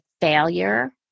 failure